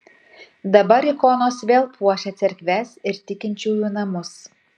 dabar ikonos vėl puošia cerkves ir tikinčiųjų namus